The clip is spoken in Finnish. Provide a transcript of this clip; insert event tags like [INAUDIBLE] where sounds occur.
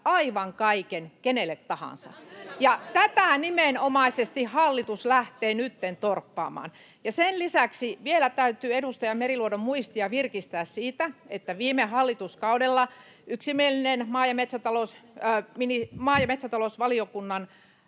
aivan kaiken kenelle tahansa, [NOISE] ja tätä nimenomaisesti hallitus lähtee nytten torppaamaan. Sen lisäksi vielä täytyy edustaja Meriluodon muistia virkistää siitä, että viime hallituskaudella yksimielinen maa- ja metsätalousvaliokunnan